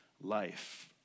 life